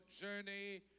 journey